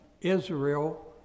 Israel